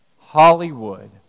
Hollywood